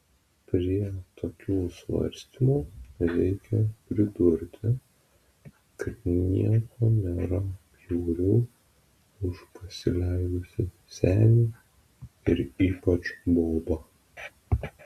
prie tokių svarstymų reikia pridurti kad nieko nėra bjauriau už pasileidusį senį ir ypač bobą